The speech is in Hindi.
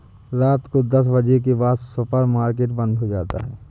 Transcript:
रात को दस बजे के बाद सुपर मार्केट बंद हो जाता है